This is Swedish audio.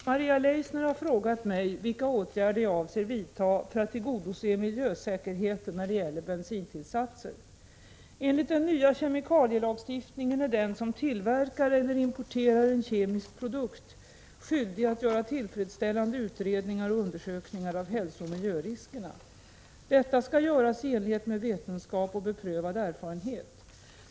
Herr talman! Maria Leissner har frågat mig vilka åtgärder jag avser vidta för att tillgodose miljösäkerheten när det gäller bensintillsatser. Enligt den nya kemikalielagstiftningen är den som tillverkar eller importerar en kemisk produkt skyldig att göra tillfredsställande utredningar och undersökningar av hälsooch miljöriskerna. Detta skall göras i enlighet med vetenskap och beprövad erfarenhet.